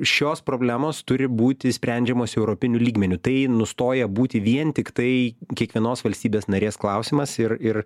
šios problemos turi būti sprendžiamos europiniu lygmeniu tai nustoja būti vien tiktai kiekvienos valstybės narės klausimas ir ir